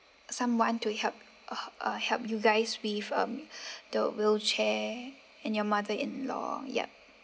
someone to help uh uh help you guys with um the wheelchair and your mother-in-law yup